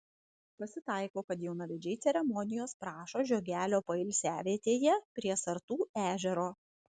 pasitaiko kad jaunavedžiai ceremonijos prašo žiogelio poilsiavietėje prie sartų ežero